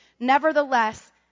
Nevertheless